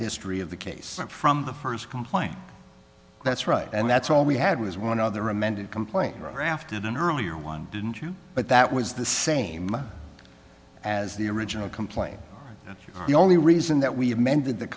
history of the case from the first complaint that's right and that's all we had was one other amended complaint rafted an earlier one didn't you but that was the same as the original complaint that the only reason that we amended th